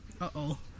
Uh-oh